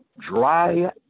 dry